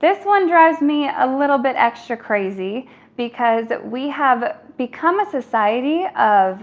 this one drives me a little bit extra crazy because we have become a society of